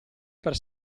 per